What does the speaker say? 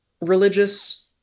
religious